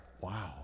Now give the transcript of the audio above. Wow